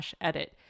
edit